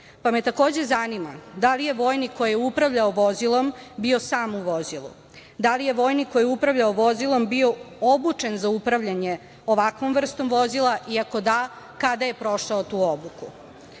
Takođe me zanima, da li je vojnik koji je upravljao vozilom bio sam u vozilu? Da li je vojnik koji je upravljao vozilom bio obučen za upravljanje ovakvom vrstom vozila i ako da, kada je prošao tu